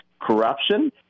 corruption